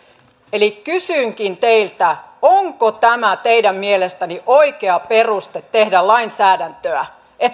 eivät kysynkin teiltä onko teidän mielestänne oikea peruste tehdä lainsäädäntöä se